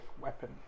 weapon